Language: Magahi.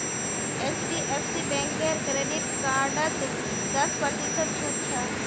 एचडीएफसी बैंकेर क्रेडिट कार्डत दस प्रतिशत छूट छ